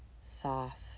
soft